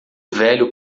velho